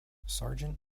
sargent